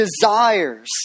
desires